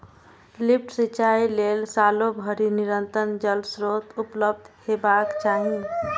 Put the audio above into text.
lift सिंचाइ लेल सालो भरि निरंतर जल स्रोत उपलब्ध हेबाक चाही